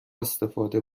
استفاده